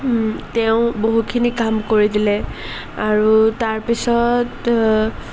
তেওঁ বহুখিনি কাম কৰি দিলে আৰু তাৰপিছত